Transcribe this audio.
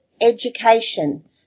education